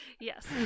Yes